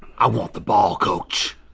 i want the ball, coach.